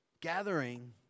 gathering